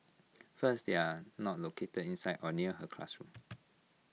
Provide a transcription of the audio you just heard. first they are not located inside or near her classroom